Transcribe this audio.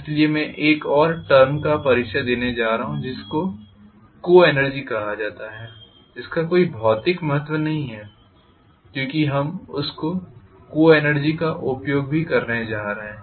इसीलिए मैं एक और टर्म का परिचय देने जा रहा हूं जिसे को एनर्जी कहा जाता है जिसका कोई भौतिक महत्व नहीं है क्योंकि हम उस को एनर्जी का भी उपयोग करने जा रहे हैं